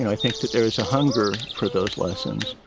and think that there's a hunger for those lessons.